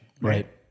Right